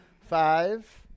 Five